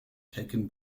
taken